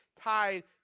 tied